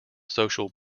social